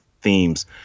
themes